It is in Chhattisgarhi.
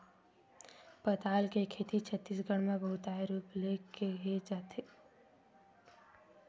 पताल के खेती छत्तीसगढ़ म बहुताय रूप ले करे जाथे